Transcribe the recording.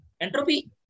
Entropy